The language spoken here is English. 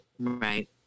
Right